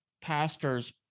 pastors